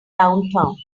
downtown